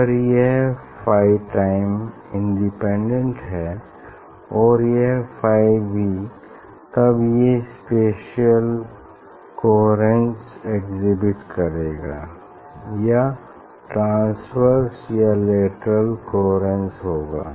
अगर यह phi time independent है और यह फाई भी तब ये स्पेशल कोहेरेन्स एक्सहिबिट करेंगे या ट्रांस्वर्स या लेटरल कोहेरेन्स होगा